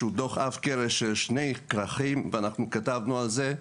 שהוא דוח עב כרס של שני כרכים ואנחנו כתבנו על זה,